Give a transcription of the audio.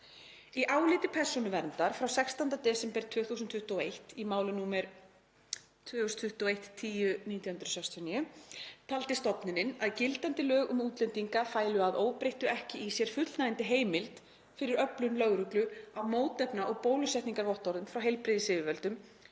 „Í áliti Persónuverndar frá 16. desember 2021 í máli nr. 2021101969 taldi stofnunin að gildandi lög um útlendinga fælu að óbreyttu ekki í sér fullnægjandi heimild fyrir öflun lögreglu á mótefna- og bólusetningarvottorðum frá heilbrigðisyfirvöldum